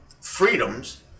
freedoms